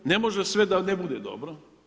Ne može sve da ne bude dobro.